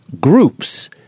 groups